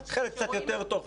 חלק קצת יותר טוב,